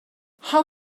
how